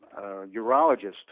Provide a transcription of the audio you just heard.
urologist